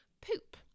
poop